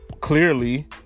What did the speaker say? clearly